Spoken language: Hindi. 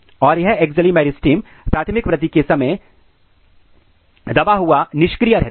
और यह एक्जिलेरी मेरिस्टम प्राथमिक वृद्धि के समय दबा हुआ या निष्क्रिय रहता है